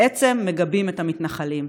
בעצם מגבים את המתנחלים.